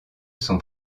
son